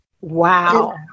Wow